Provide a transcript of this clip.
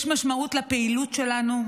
יש משמעות לפעילות שלנו,